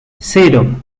cero